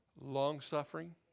Long-suffering